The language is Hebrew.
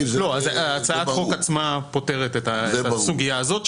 הצעת החוק עצמה פותרת את הסוגיה הזאת,